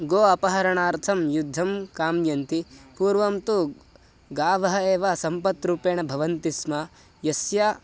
गोः अपहरणार्थं युद्धं काम्यन्ति पूर्वं तु गावः एव सम्पत्रूपेण भवन्ति स्म यस्य